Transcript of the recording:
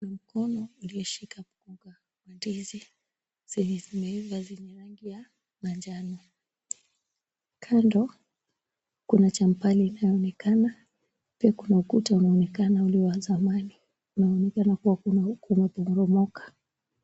Mkono ulioshika mgomba wa ndizi zenye zimeiva zina rangi ya manjano. Kando, kuna champali inayoonekana pia kuna kuta unaonekana ulio wa zanmani, inaonekana kuwa huku kunaporomoka.